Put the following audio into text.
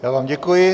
Já vám děkuji.